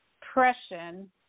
depression